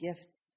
gifts